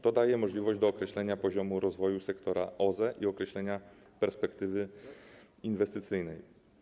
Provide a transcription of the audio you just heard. To daje możliwość dookreślenia poziomu rozwoju sektora OZE i określenia perspektywy inwestycyjnej.